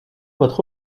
votre